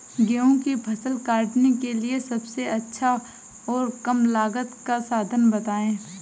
गेहूँ की फसल काटने के लिए सबसे अच्छा और कम लागत का साधन बताएं?